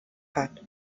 hat